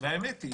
האמת היא